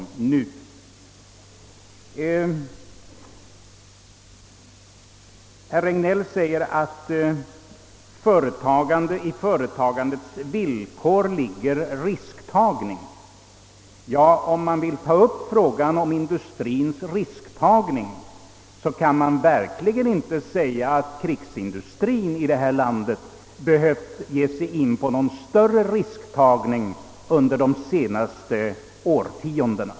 Herr Regnéll säger att i företagandets villkor ligger risktagning. Ja, om man vill ta upp frågan om industriens risktagning, så kan man verkligen inte säga att krigsindustrien i detta land behövt ge sig in på någon större risktagning under de senaste årtiondena.